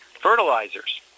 fertilizers